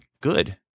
good